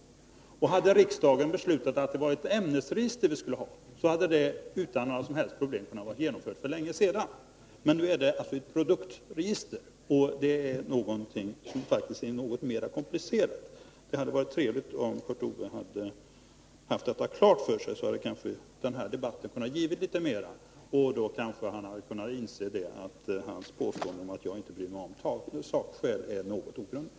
Och hade riksdagen beslutat att det var ett ämnesregister vi skulle ha, då hade det utan några som helst problem kunnat vara genomfört för länge sedan. Men nu gäller det alltså ett produktregister, och det är faktiskt något mer komplicerat. Det hade varit trevligt om Kurt Ove Johansson hade haft detta klart för sig. Då hade den här debatten kunnat ge litet mera, och då hade han kanske kunnat inse att hans påstående att jag inte bryr mig om sakskäl är ogrundat.